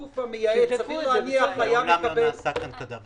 להניח שהגוף המייעץ -- מעולם לא נעשה כאן דבר כזה.